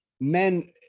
men